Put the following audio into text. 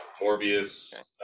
morbius